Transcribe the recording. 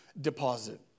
deposit